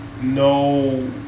no